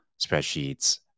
spreadsheets